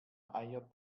eier